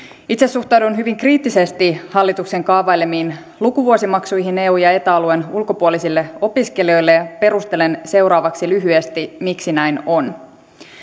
itse suhtaudun hyvin kriittisesti hallituksen kaavailemiin lukuvuosimaksuihin eu ja eta alueen ulkopuolisille opiskelijoille ja perustelen seuraavaksi lyhyesti miksi näin on